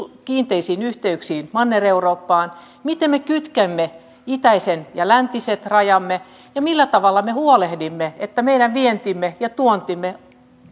kiinteisiin yhteyksiin manner eurooppaan miten me kytkemme itäisen ja läntisen rajamme ja millä tavalla me huolehdimme että meidän vientimme ja tuontimme